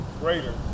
greater